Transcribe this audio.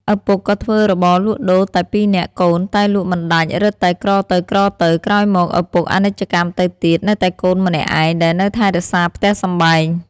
ឪពុកក៏ធ្វើរបរលក់ដូរតែពីរនាក់កូនតែលក់មិនដាច់រឹតតែក្រទៅៗ ក្រោយមកឪពុកអនិច្ចកម្មទៅទៀតនៅតែកូនម្នាក់ឯងដែលនៅថែរក្សាផ្ទះសំបែង។